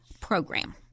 program